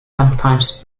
sometimes